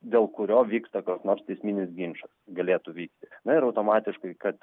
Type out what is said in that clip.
dėl kurio vyksta koks nors teisminis ginčas galėtų vykti na ir automatiškai kad